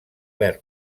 verb